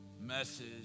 message